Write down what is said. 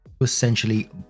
essentially